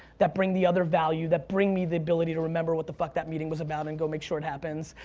that bring the other value, that bring me the ability to remember what the fuck that meeting was about and go make sure it happens.